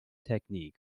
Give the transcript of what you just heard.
technique